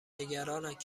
نگرانند